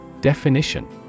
Definition